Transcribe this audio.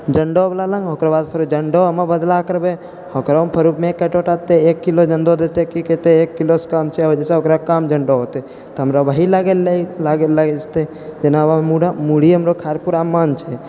जन्दो बला लग ओकर बाद फेरो जन्दो हमे बदला करबै ओकरोमे कि करते एक किलो जन्दो देतै कि करते एक किलोसँ कम छै ओ जइसे तऽ ओकरा कम जन्दो हेतै तऽ हमरा वहि लागैले लै जेतै जेना आबऽ मुरही हमरा खाइके पूरा मन छै